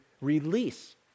release